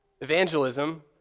Evangelism